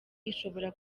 ishobora